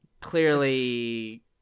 clearly